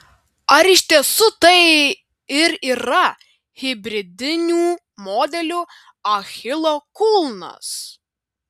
ar iš tiesų tai ir yra hibridinių modelių achilo kulnas